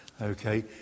okay